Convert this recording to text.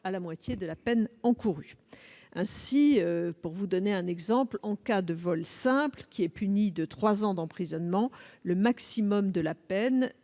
à la moitié de la peine encourue. Ainsi, pour vous donner un exemple, en cas de vol simple, qui est puni de trois ans d'emprisonnement, le maximum de la peine